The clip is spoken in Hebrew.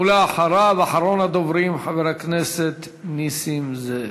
אחריו, אחרון הדוברים, חבר הכנסת נסים זאב.